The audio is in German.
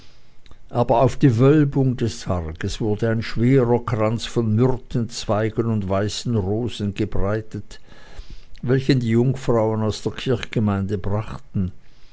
aber auf die wölbung des sarges wurde ein schwerer kranz von myrtenzweigen und weißen rosen gebreitet welchen die jungfrauen aus der kirchgemeinde brachten